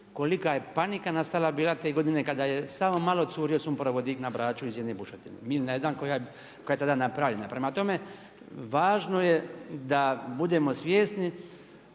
kolika je panika nastala bila te godine kada je samo malo curio sumporovodik na Braču iz jedne bušotine MIlna 1 koja je tada napravljena. Prema tome, važno je da budemo svjesni